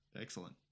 Excellent